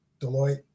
Deloitte